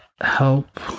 help